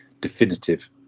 definitive